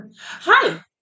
Hi